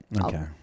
Okay